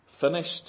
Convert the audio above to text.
finished